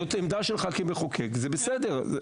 זאת עמדה שלך כמחוקק וזה בסדר.